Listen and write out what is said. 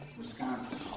Wisconsin